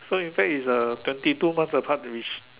so in fact is uh twenty months apart which